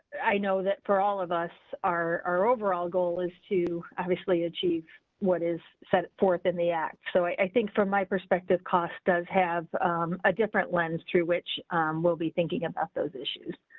i know that for all of us, our overall goal is to obviously achieve what is set forth in the act. so, i think, from my perspective cost does have a different lens through which we'll be thinking about those issues.